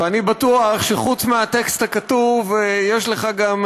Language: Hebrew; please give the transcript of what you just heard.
ואני בטוח שחוץ מהטקסט הכתוב יש לך גם